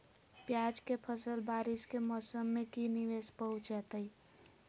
प्याज के फसल बारिस के मौसम में की निवेस पहुचैताई?